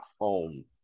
home